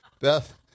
Beth